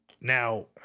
Now